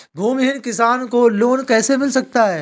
भूमिहीन किसान को लोन कैसे मिल सकता है?